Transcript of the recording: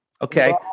Okay